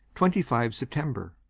twenty five september.